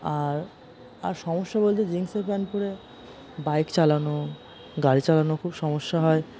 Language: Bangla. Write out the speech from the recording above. আর আর সমস্যা বলতে জিন্সের প্যান্ট পরে বাইক চালানো গাড়ি চালানো খুব সমস্যা হয়